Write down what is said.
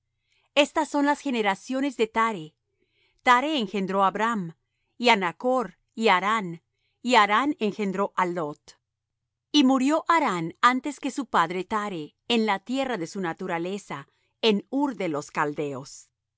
estas son las generaciones de thare thare engendró á abram y á nachr y á harán y harán engendró á lot y murió harán antes que su padre thare en la tierra de su naturaleza en ur de los caldeos